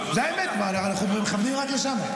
זו האמת, אנחנו מכוונים רק לשם.